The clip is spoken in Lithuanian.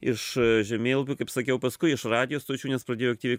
iš žemėlapių kaip sakiau paskui iš radijo stočių nes pradėjau aktyviai